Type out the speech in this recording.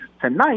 tonight